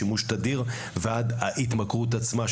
שימוש תדיר ועד ההתמכרות עצמה,